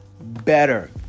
better